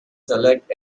select